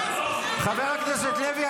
חבר הכנסת לוי,